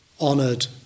honoured